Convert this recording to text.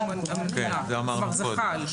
כלומר זה חל.